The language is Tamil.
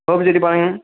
கோபிசெட்டி பாளையம்